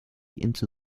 into